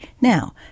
now